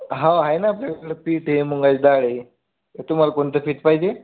हो आहे ना आपल्याकडं पीठ आहे मुगाची दाळ आहे तुम्हाला कोणतं पीठ पाहिजे